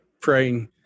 praying